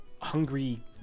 hungry